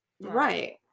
Right